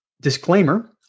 Disclaimer